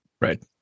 right